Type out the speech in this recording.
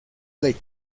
lake